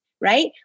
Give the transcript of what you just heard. right